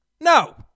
No